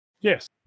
Yes